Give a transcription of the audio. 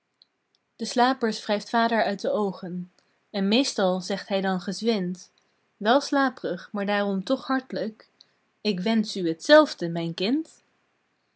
de slapers wrijft vader uit de oogen en meestal zegt hij dan gezwind wel slaap'rig maar daarom toch hart'lijk ik wensch u hetzelfde mijn kind